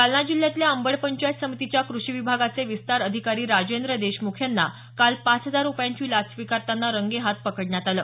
जालना जिल्ह्यातल्या अंबड पंचायत समितीच्या कृषी विभागाचे विस्तार अधिकारी राजेंद्र देशमुख यांना काल पाच हजार रुपयाची लाच स्वीकारतांना रंगेहात पकडण्यात आलं